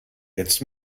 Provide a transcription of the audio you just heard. jetzt